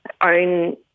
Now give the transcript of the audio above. own